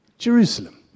Jerusalem